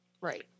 Right